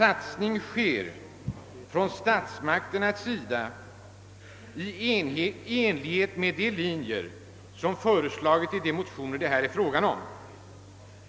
satsning görs av statsmakterna i enlighet med de linjer som föreslagits i våra motioner.